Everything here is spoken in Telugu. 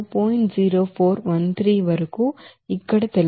0413 వరకు ఇక్కడ తెలుసు